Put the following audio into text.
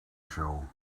show